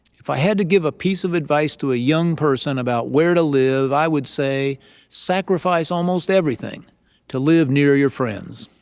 if i had to give a piece of advice to a young person about where to live, i would say sacrifice almost everything to live near your friends.